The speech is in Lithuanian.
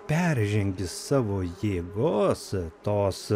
peržengi savo jėgos tos